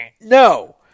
No